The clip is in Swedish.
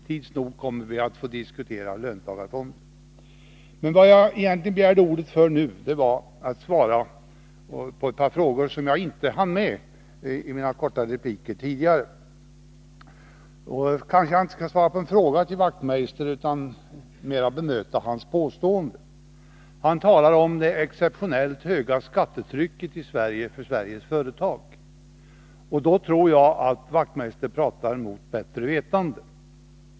Tids nog kommer vi att få diskutera löntagarfonder. Egentligen begärde jag ordet nu för att svara på ett par frågor, som jag inte hann med att besvara i mina korta repliker tidigare. Jag kanske inte skall svara på en fråga från Knut Wachtmeister utan mera bemöta hans påstående. Han talar om det exeptionellt höga skattetrycket i Sverige för Sveriges företag. Då tror jag att Knut Wachtmeister pratar mot bättre vetande.